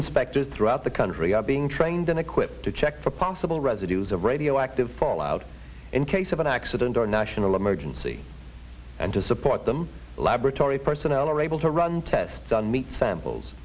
inspectors throughout the country are being trained and equipped to check for possible residues of radioactive fallout in case of an accident or national emergency and to support them laboratory personnel are able to run tests on meat samples